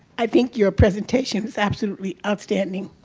i think your presentation was absolutely upstanding.